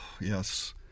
yes